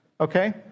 Okay